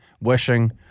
wishing